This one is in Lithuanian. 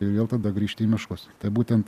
ir vėl tada grįžta į miškus tai būtent